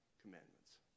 commandments